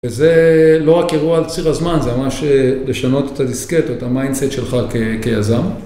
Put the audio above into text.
וזה לא רק אירוע על ציר הזמן, זה ממש לשנות את הדיסקט, את המיינדסט שלך כיזם.